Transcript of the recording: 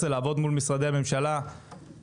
איך זה לעבוד מול משרדי הממשלה ומה